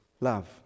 love